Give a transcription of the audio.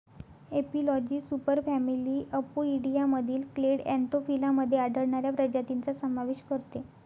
एपिलॉजी सुपरफॅमिली अपोइडियामधील clade Anthophila मध्ये आढळणाऱ्या प्रजातींचा समावेश करते